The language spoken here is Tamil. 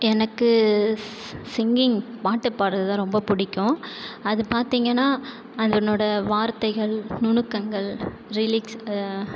எனக்கு சி சிங்கிங் பாட்டு பாடுறது தான் ரொம்ப பிடிக்கும் அது பார்த்தீங்கன்னா அதனோட வார்த்தைகள் நுணுக்கங்கள் ரிலிக்ஸ்